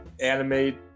animate